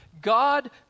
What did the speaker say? God